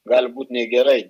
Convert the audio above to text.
gali būt negerai